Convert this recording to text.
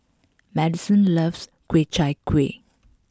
Madison loves Ku Chai Kuih